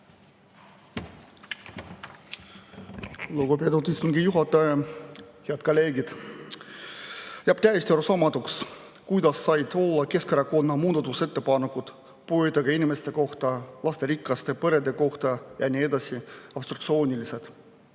Lugupeetud istungi juhataja! Head kolleegid! Jääb täiesti arusaamatuks, kuidas saavad olla Keskerakonna muudatusettepanekud puuetega inimeste kohta, lasterikaste perede kohta ja nii edasi obstruktsioonilised.